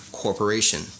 corporation